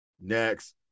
Next